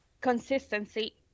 consistency